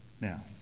Now